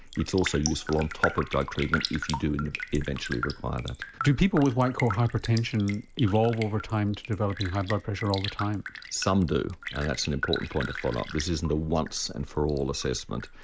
it's also useful on top of drug treatment if you do and eventually require that. do people with white coat hypertension evolve over time to develop high blood pressure all the time? some do and that's an important point to follow up. this isn't a once and for all assessment,